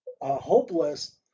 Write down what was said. hopeless